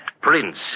prince